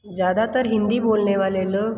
ज़्यादातर हिंदी बोलने वाले लोग